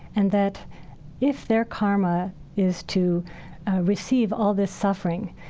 and that if their karma is to receive all the suffering,